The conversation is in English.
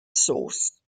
source